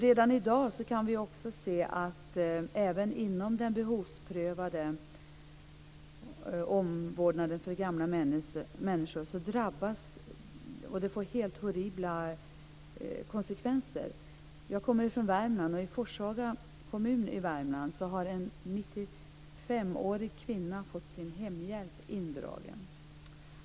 Redan i dag kan vi se att även inom den behovsprövade omvårdnaden för gamla människor drabbas människor, och det får helt horribla konsekvenser. Jag kommer från Värmland. I Forshaga kommun i Värmland har en 95-årig kvinna fått sin hemhjälp indragen.